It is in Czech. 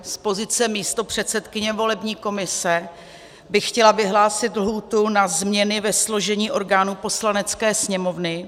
Z pozice místopředsedkyně volební komise bych chtěla vyhlásit lhůtu na změny ve složení orgánů Poslanecké sněmovny.